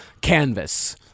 canvas